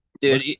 Dude